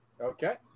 Okay